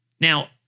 Now